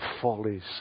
follies